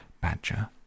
badger